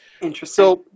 Interesting